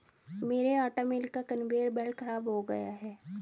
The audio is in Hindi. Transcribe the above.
मेरे आटा मिल का कन्वेयर बेल्ट खराब हो गया है